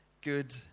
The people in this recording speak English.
Good